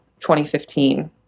2015